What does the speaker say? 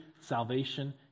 salvation